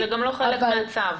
זה גם לא חלק מן הצו.